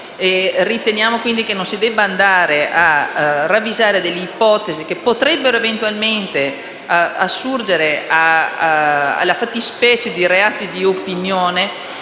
Riteniamo che non si debbano ravvisare ipotesi, che potrebbero eventualmente assurgere alla fattispecie di reati di opinione,